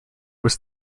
was